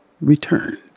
returned